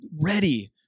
ready